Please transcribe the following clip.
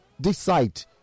Decide